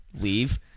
leave